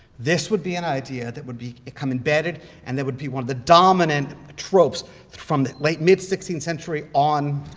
this would be an idea that would become embedded and that would be one of the dominant tropes from the late mid sixteenth century on.